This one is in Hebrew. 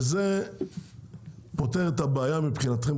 וזה פותר כרגע את הבעיה מבחינתכם,